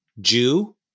Jew